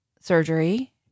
surgery